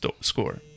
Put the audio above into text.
score